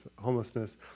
homelessness